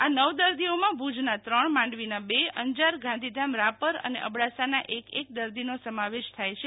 આ નવ દર્દીઓમાં ભુજના તરણ માંડવીના બે અંજાર ગાંધીધામ રાપર અને અબડાસાના એક એક દર્દીનો સમાવેશ થાય છે